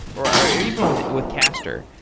or or even with with castor,